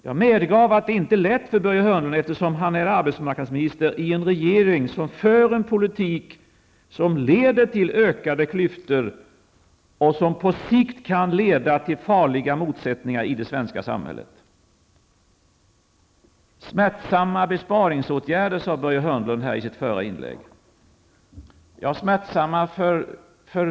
Jag medger att det inte är lätt för Börje Hörnlund eftersom han är arbetsmarknadsminister i en regering som för en politik som leder till ökade klyftor och som på sikt kan leda till farliga motsättningar i det svenska samhället. Börje Hörnlund talade i sitt förra inlägg om smärtsamma besparingsåtgärder. Vem är de smärtsamma för?